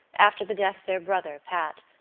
after the death of their brother pat,